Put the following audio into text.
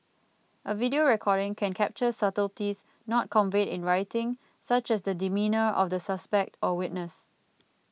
a video recording can capture subtleties not conveyed in writing such as the demeanour of the suspect or witness